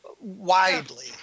Widely